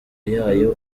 yayo